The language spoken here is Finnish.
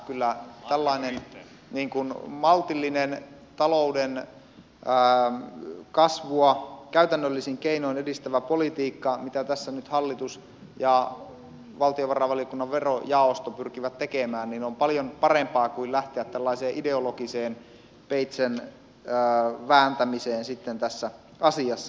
kyllä tällainen maltillinen talouden kasvua käytännöllisin keinoin edistävä politiikka mitä tässä nyt hallitus ja valtiovarainvaliokunnan verojaosto pyrkivät tekemään on paljon parempaa kuin lähteä ideologiseen peitsen vääntämiseen tässä asiassa